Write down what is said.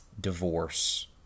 divorce